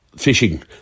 fishing